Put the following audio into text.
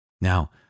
Now